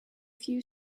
few